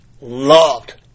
loved